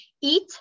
eat